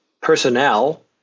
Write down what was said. personnel